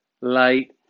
light